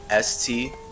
ST